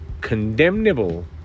condemnable